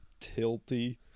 Tilty